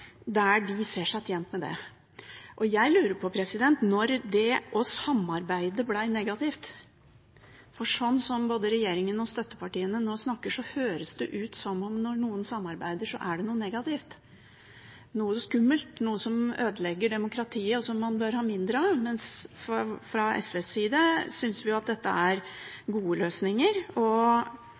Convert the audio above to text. der de ser seg tjent med det. Jeg lurer på når det å samarbeide ble negativt, for sånn som både regjeringen og støttepartiene nå snakker, høres det ut som at når noen samarbeider, er det noe negativt, noe skummelt, noe som ødelegger demokratiet, og som man bør ha mindre av, mens fra SVs side synes vi at dette er gode løsninger.